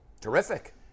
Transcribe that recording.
Terrific